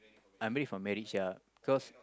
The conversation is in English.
I'm ready for marriage ya cause